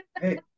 Hey